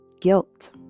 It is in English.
guilt